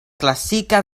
klasika